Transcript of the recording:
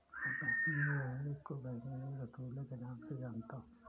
मैं बैंगनी यामी को बैंगनी रतालू के नाम से जानता हूं